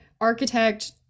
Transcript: architect